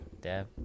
Dab